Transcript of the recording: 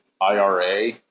IRA